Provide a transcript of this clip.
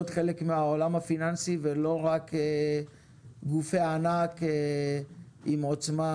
חלק מהעולם הפיננסי ולא רק גופי ענק עם עוצמה,